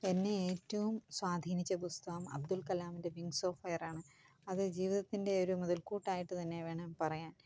എന്നെ ഏറ്റവും സ്വാധീനിച്ച പുസ്തകം അബ്ദുൾ കലാമിൻ്റെ വിങ്സ് ഓഫ് ഫയർ ആണ് അത് ജീവിതത്തിൻ്റെ ഒരു മുതൽകൂട്ടായിട്ട് തന്നെ വേണം പറയാൻ